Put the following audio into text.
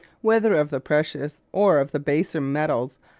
whether of the precious or of the baser metals,